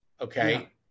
Okay